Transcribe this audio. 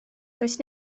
does